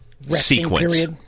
sequence